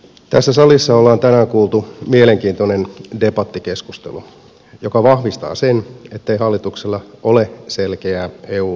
tässä salissa ollaan tänään kuultu mielenkiintoinen debattikeskustelu joka vahvistaa sen ettei hallituksella ole selkeää eu linjausta